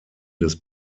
des